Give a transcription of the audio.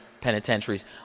penitentiaries